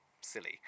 silly